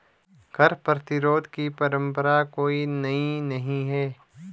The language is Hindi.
कर प्रतिरोध की परंपरा कोई नई नहीं है